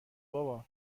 بابا